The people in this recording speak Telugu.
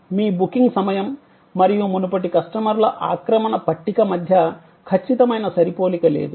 మీ బుకింగ్ సమయం మరియు మునుపటి కస్టమర్ల ఆక్రమణ పట్టిక మధ్య ఖచ్చితమైన సరిపోలిక లేదు